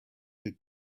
had